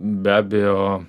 be abejo